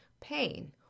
pain